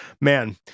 Man